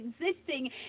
existing